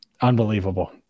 Unbelievable